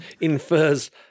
infers